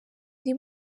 undi